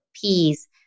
peas